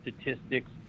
statistics